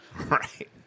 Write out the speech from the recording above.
Right